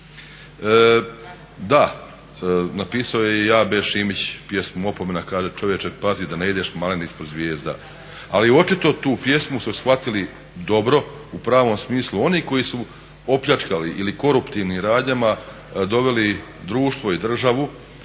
Da, napisao je i A.B. Šimić "Opomena", kaže "Čovječe, pazi da ne ideš malen ispod zvijezda", ali očito tu pjesmu su shvatili dobro u pravom smislu oni koji su opljačkali ili koruptivnim radnjama doveli društvo ili državu